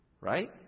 Right